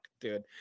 dude